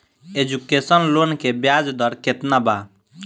Education loan के ब्याज दर केतना बा?